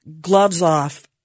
gloves-off